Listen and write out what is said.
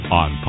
on